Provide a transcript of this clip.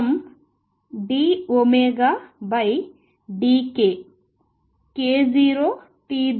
ద్వారా మార్చబడింది